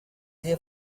dear